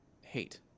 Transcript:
hate